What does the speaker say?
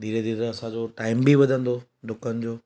धीरे धीरे असांजो टाइम बि वधंदो ॾुकण जो